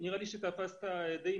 אלא כמה